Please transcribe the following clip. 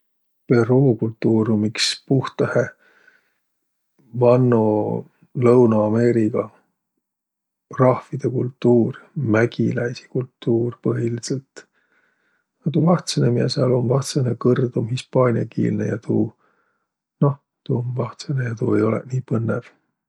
Peruu kultuur um iks puhtahe vanno Lõunõ-Ameeriga rahvidõ kultuur. Mägiläisi kultuur põhilidsõlt. A tuu vahtsõnõ, miä sääl um, vahtsõnõ kõrd um hispaaniakiilne ja tuu, noh, tuu um vahtsõnõ ja tuu ei olõq nii põnnõv.